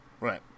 Right